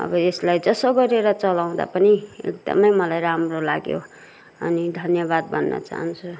अब यसलाई जसो गरेर चलाउँदा पनि एकदमै मलाई राम्रो लाग्यो अनि धन्यवाद भन्न चाहन्छु